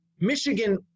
Michigan